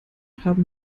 haben